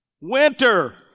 Winter